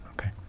Okay